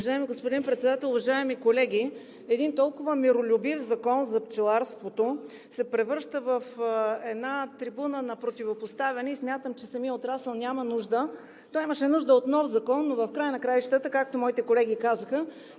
Уважаеми господин Председател, уважаеми колеги! Един толкова миролюбив закон – Закон за пчеларството, се превръща в трибуна на противопоставяне и смятам, че самият отрасъл няма нужда от него. Той имаше нужда от нов закон, но в края на краищата, както моите колеги казаха,